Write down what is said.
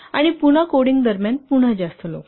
आणि पुन्हा कोडिंग दरम्यान पुन्हा जास्त लोक